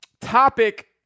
topic